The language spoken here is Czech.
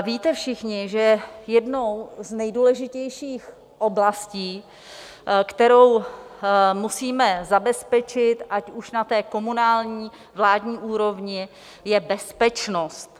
Víte všichni, že jednou z nejdůležitějších oblastí, kterou musíme zabezpečit ať už na té komunální, vládní úrovni, je bezpečnost.